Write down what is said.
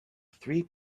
three